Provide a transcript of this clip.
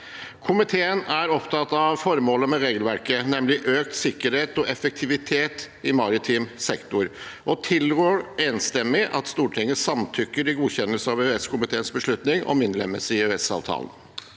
Komiteen er opptatt av formålet med regelverket, nemlig økt sikkerhet og effektivitet i maritim sektor, og tilrår enstemmig at Stortinget samtykker til godkjennelse av EØS-komiteens beslutning om innlemmelse i EØSavtalen.